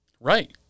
Right